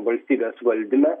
valstybės valdyme